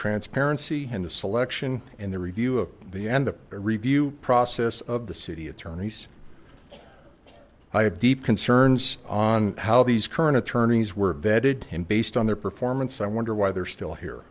transparency and the selection and the review of the end of the review process of the city attorney's i have deep concerns on how these current attorneys were vetted and based on their performance i wonder why they're still here